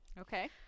Okay